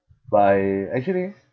but I actually